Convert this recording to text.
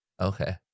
Okay